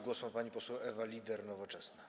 Głos ma pani poseł Ewa Lieder, Nowoczesna.